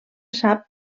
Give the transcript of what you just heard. sap